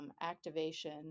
activation